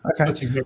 Okay